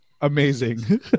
Amazing